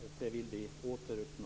Det vill vi åter uppnå.